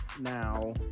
Now